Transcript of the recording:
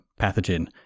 pathogen